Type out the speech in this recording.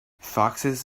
foxes